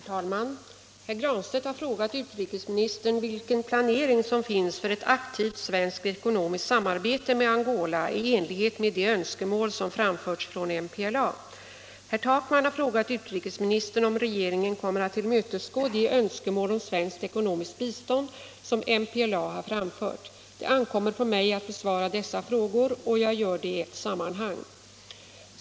Herr talman! Herr Granstedt har frågat utrikesministern vilken planering som finns för ett aktivt svenskt ekonomiskt samarbete med Angola i enlighet med de önskemål som framförts från MPLA. Herr Takman har frågat utrikesministern om regeringen kommer att tillmötesgå de önskemål om svenskt ekonomiskt bistånd som MPLA har framfört. Det ankommer på mig att besvara dessa frågor, och jag gör det i ett sammanhang.